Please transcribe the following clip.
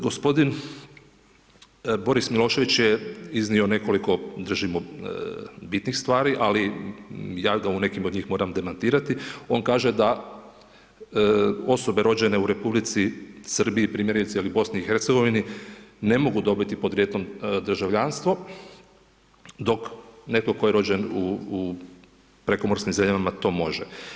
G. Boris Milošević je iznio nekoliko držimo bitnih stvari, ali ja ga u nekim od njih moram demantirati, on kaže da osobe rođene u Republici Srbiji primjerice ili BiH, ne mogu dobiti podrijetlom državljanstvo, dok netko tko je rođen u prekomorskim zemljama to može.